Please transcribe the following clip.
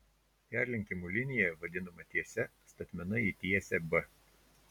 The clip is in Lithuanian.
perlenkimo linija vadinama tiese statmena į tiesę b